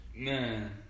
Man